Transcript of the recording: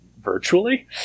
virtually